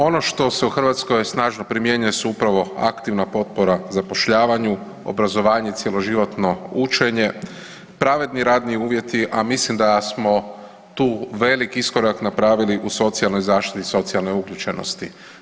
Ono što se u Hrvatskoj snažno primjenjuje su upravo aktivna potpora zapošljavanju, obrazovanje cjeloživotno učenje, pravedni radni uvjeti, a mislim da smo tu veliki iskorak napravili u socijalnoj zaštiti, socijalnoj uključenosti.